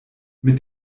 mit